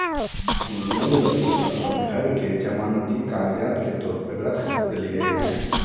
हम लोन लगी अप्पन घर के जमानती कागजात के तौर पर रख देलिओ हें